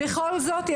בכל זאת,